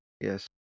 Yes